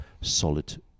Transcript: solid